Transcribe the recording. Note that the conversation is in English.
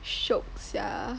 shiok sia